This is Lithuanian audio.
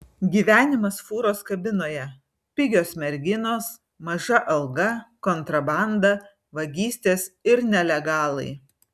gyvenimas fūros kabinoje pigios merginos maža alga kontrabanda vagystės ir nelegalai